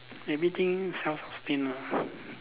everything self sustain ah